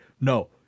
no